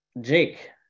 Jake